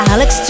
Alex